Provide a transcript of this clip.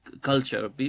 culture